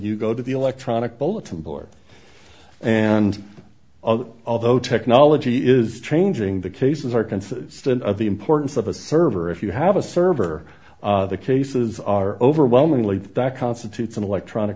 you go to the electronic bulletin board and although technology is changing the cases are consistent of the importance of a server if you have a server the cases are overwhelmingly that constitutes an electronic